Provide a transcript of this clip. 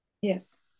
yes